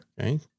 Okay